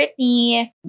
Britney